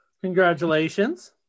Congratulations